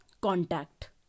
contact